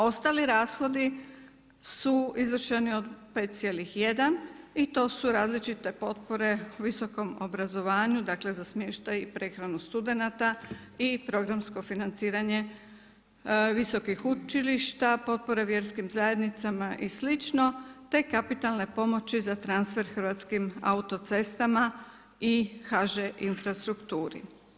Ostali rashodi su izvršeni od 5,1 i to su različite potpore u visokom obrazovanju za smještaj i prehranu studenata i programsko financiranje visokih učilišta, potpore vjerskim zajednicama i slično te kapitalne pomoći za transfer Hrvatskim cestama i HŽ Infrastrukturi.